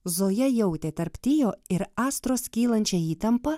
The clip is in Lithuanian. zoja jautė tarp tio ir astros kylančią įtampą